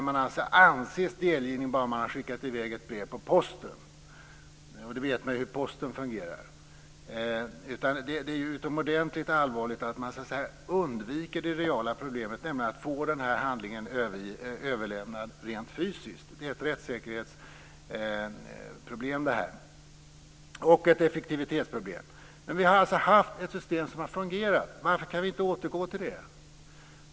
Man anses delgiven bara det skickats i väg ett brev på Posten men vi vet ju hur Posten fungerar. Det är alltså utomordentligt allvarligt att man undviker det reala problemet, nämligen att få handlingen överlämnad rent fysiskt. Detta är ett rättssäkerhetsproblem och ett effektivitetsproblem. Vi har alltså haft ett system som fungerat. Varför kan vi inte återgå till det?